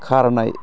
खारनाय